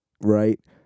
right